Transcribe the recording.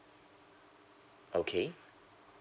okay